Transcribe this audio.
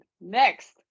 Next